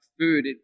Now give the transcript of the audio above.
food